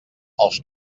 els